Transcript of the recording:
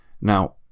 now